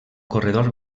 corredor